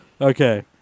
Okay